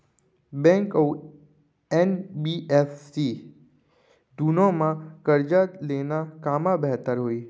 Bank अऊ NBFC दूनो मा करजा लेना कामा बेहतर होही?